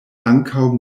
ankaŭ